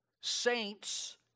saints